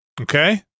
Okay